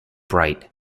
bright